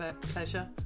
pleasure